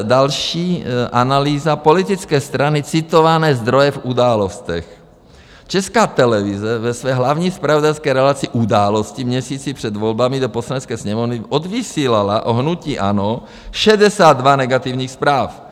Další analýza politické strany, citované zdroje v Událostech: Česká televize ve své hlavní zpravodajské relaci Události v měsíci před volbami do Poslanecké sněmovny odvysílala o hnutí ANO 62 negativních zpráv.